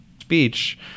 speech